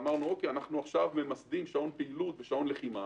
ואמרנו: אנחנו ממסדים שעון פעילות ושעון לחימה.